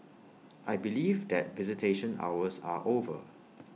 I believe that visitation hours are over